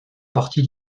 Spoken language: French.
partie